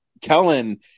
kellen